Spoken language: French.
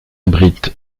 abrite